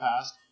past